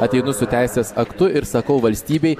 ateinu su teisės aktu ir sakau valstybei